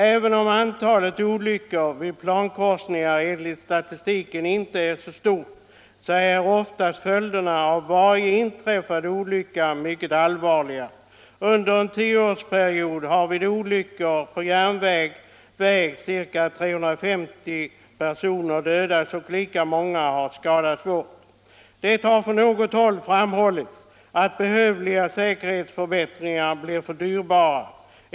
Även om antalet olyckor vid plankorsningar enligt statistiken inte är så stort är oftast följderna av varje inträffad olycka mycket allvarliga. Under en tioårsperiod har vid olyckor på järnväg/väg ca 350 personer dödats och lika många har skadats svårt. Det har från något håll framhållits att behövliga säkerhetsförbättringar blir för dyrbara.